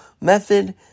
method